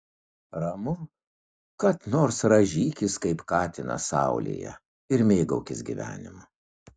ramu kad nors rąžykis kaip katinas saulėje ir mėgaukis gyvenimu